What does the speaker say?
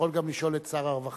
אתה יכול לשאול גם את שר הרווחה,